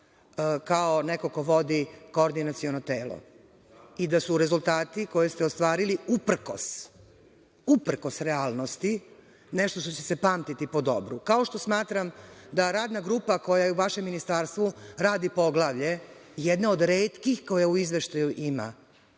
kao neko ko vodi Koordinaciono telo i da su rezultati koje ste ostvarili uprkos realnosti, nešto što će se pamtiti po dobru. Kao što smatram da Radna grupa koja u vašem Ministarstvu radi poglavlje jedne od retkih koja u izveštaju ima